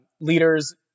leaders